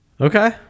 okay